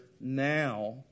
now